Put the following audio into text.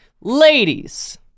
Ladies